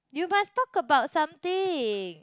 you must talk about something